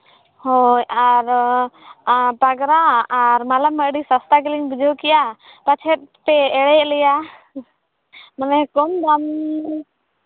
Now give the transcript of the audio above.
ᱦᱳᱭ ᱟᱨ ᱟᱨ ᱯᱟᱜᱽᱨᱟ ᱟᱨ ᱢᱟᱞᱟ ᱢᱟ ᱟᱹᱰᱤ ᱥᱟᱥᱛᱟ ᱜᱮᱞᱤᱧ ᱵᱩᱡᱷᱟᱹᱣ ᱠᱮᱜᱼᱟ ᱯᱟᱪᱷᱮᱫ ᱯᱮ ᱮᱲᱮᱭᱮᱫ ᱞᱮᱭᱟ ᱢᱟᱱᱮ ᱠᱚᱢ ᱫᱟᱢ